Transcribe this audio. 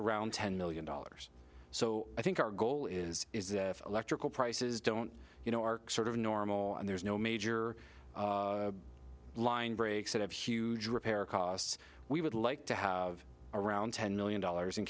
around ten million dollars so i think our goal is is if electrical prices don't you know are sort of normal and there's no major line breaks that have huge repair costs we would like to have around ten million dollars